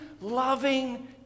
loving